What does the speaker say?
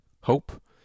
hope